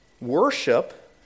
Worship